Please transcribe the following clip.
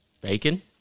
bacon